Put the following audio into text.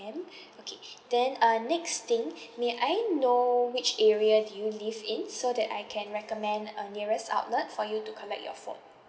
okay then uh next thing may I know which area do you live in so that I can recommend a nearest outlet for you to collect your phone